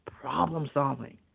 problem-solving